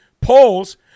polls